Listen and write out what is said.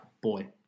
boy